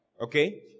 Okay